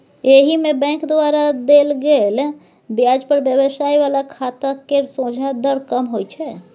एहिमे बैंक द्वारा देल गेल ब्याज दर व्यवसाय बला खाता केर सोंझा दर कम होइ छै